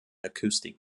acoustic